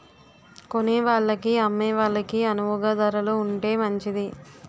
కొనేవాళ్ళకి అమ్మే వాళ్ళకి అణువుగా ధరలు ఉంటే మంచిది